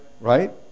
right